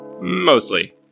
Mostly